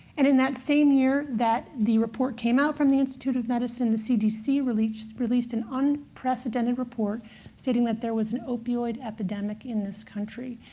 and in that same year that the report came out from the institute of medicine, the cdc released released an unprecedented report stating that there was an opioid epidemic in this country.